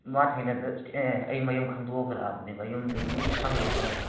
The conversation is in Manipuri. ꯃꯥ ꯑꯦ ꯑꯩ ꯃꯌꯨꯝ ꯈꯪꯗꯣꯛꯑꯒ ꯂꯥꯛꯑꯕꯅꯦ ꯃꯌꯨꯝꯗ ꯑꯗꯨꯝ ꯁꯪꯉꯨꯔꯗꯕꯅꯦ